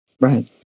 Right